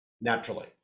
Naturally